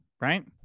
right